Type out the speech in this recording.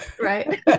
Right